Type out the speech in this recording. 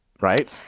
Right